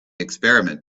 experiment